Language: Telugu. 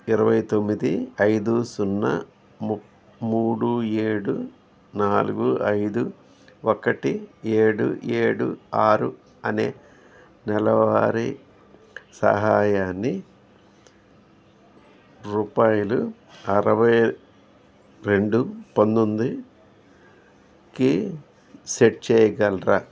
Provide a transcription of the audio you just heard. ఇరవై తొమ్మిది ఐదు సున్నా ముప్ మూడు ఏడు నాలుగు ఐదు ఒకటి ఏడు ఏడు ఆరు అనే నెలవారీ సహాయాన్ని రూపాయలు అరవై రెండు పంతొమ్మిదికి సెట్ చేయగలరా